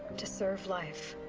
to serve life.